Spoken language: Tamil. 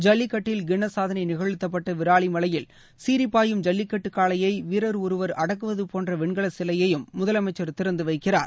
ஜல்லிக்கட்டில் கின்னஸ் சாதனை நிகழ்த்தப்பட்ட விராலிமலையில் சீரிப்பாயும் ஜல்லிக்கட்டு காளையை வீரர் ஒருவர் அடக்குவதுபோன்ற வெண்கல சிலையையும் முதலமைச்சர் திறந்து வைக்கிறார்